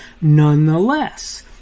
Nonetheless